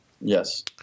Yes